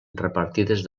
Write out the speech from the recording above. repartides